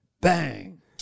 Bang